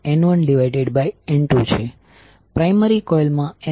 અને ટર્ન નો ratio N1N2 છે પ્રાયમરી કોઇલ માં N1ટર્ન છે